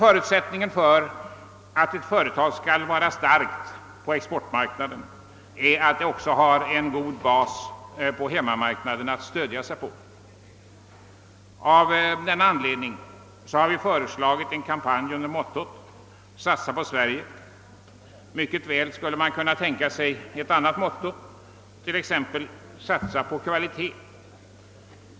Förutsättningen för att ett företag skall vara starkt på exportmarknaden är att det har en god bas på hemmamarknaden att stödja sig på. Av denna anledning har vi föreslagit en kampanj under mottot »Satsa på Sverige». Mycket väl skulle man emellertid ha kunnat tänka sig ett annat motto, t.ex. »Satsa på kvalitet».